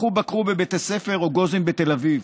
לכו בקרו בבית הספר רוגוזין בתל אביב,